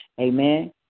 Amen